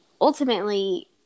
ultimately